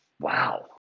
wow